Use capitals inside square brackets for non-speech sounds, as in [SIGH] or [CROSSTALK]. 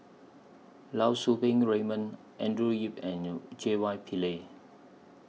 Lau [UNINTELLIGIBLE] Raymond Andrew Yip and J Y Pillay